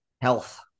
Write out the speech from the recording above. Health